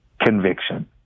conviction